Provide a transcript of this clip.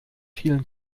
vielen